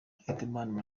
hitimana